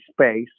space